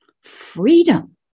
freedom